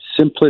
simplistic